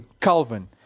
calvin